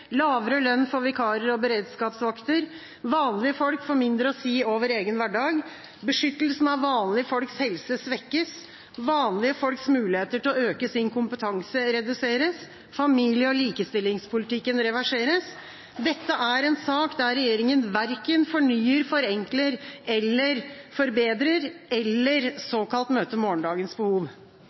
lavere lønn for vikarer og beredskapsvakter. Vanlige folk får mindre å si over egen hverdag. Beskyttelsen av vanlige folks helse svekkes. Vanlige folks muligheter til å øke sin kompetanse reduseres. Familie- og likestillingspolitikken reverseres. Dette er en sak der regjeringa verken fornyer, forenkler, forbedrer eller såkalt møter morgendagens behov.